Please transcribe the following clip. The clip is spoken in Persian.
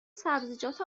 سبزیجات